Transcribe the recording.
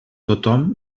tothom